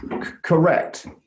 Correct